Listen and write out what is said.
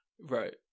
Right